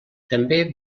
també